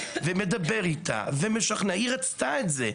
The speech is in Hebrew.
מדבר איתה ומשכנע אותה היא רצתה את זה,